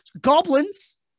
Goblins